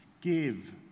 Give